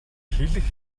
хэлэх